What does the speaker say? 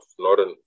northern